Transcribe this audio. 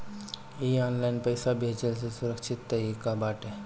इ ऑनलाइन पईसा भेजला से सुरक्षित तरीका बाटे